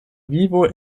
vivo